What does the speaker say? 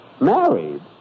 Married